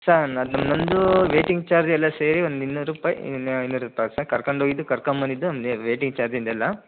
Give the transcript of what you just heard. sir ಅದು ನನ್ನದು waiting charge ಎಲ್ಲ ಸೇರಿ ಒಂದು ಇನ್ನೂರು ರೂಪಾಯಿ ಐನೂರು ರೂಪಾಯಿ ಆಗತ್ತೆ ಸರ್ ಕರ್ಕಂಡು ಹೋಗಿದ್ದು ಕರ್ಕೊಂಬಂದಿದ್ದು ಒಂದು ವೇಟಿಂಗ್ ಚಾರ್ಚಿಂದು ಎಲ್ಲ